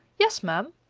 yes, ma'am,